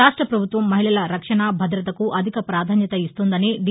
రాష్ట్రపభుత్వం మహిళల రక్షణ భదతకు అధిక ప్రాధాన్యత ఇస్తోందని ది